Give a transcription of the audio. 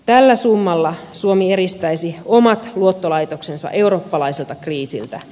tällä summalla suomi eristäisi omat luottolaitoksensa eurooppalaiselta kriisiltä